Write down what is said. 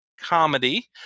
comedy